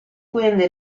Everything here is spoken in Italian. quindi